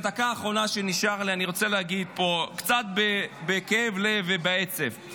בדקה האחרונה שנשארה לי אני רוצה להגיד פה קצת בכאב לב ובעצב,